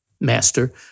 master